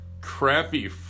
Crappy